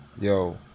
yo